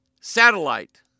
satellite